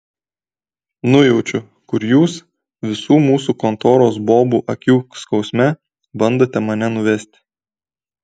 nujaučiu kur jūs visų mūsų kontoros bobų akių skausme bandote mane nuvesti